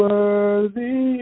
Worthy